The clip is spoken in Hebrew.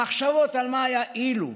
המחשבות "מה היה אילו"